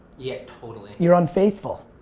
yeah, totally. you're unfaithful,